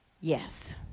Yes